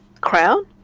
crown